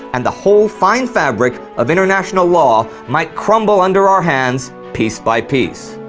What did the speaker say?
and the whole fine fabric of international law might crumble under our hands piece by piece.